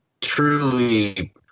truly